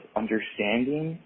understanding